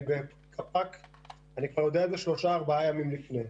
אני כבר יודע את זה שלושה-ארבעה ימים לפני,